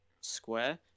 square